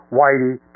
Whitey